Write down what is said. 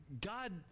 God